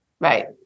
Right